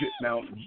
Now